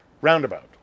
Roundabout